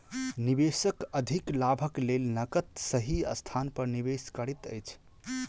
निवेशक अधिक लाभक लेल नकद सही स्थान पर निवेश करैत अछि